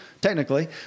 technically